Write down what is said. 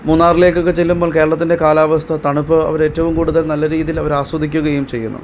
മൂന്നാറിലേക്കൊക്കെ ചെല്ലുമ്പോൾ കേരളത്തിൻ്റെ കാലാവസ്ഥ തണുപ്പ് അവര് ഏറ്റവും കൂടുതൽ നല്ലരീതിയിൽ അവർ ആസ്വദിക്കുകയും ചെയ്യുന്നു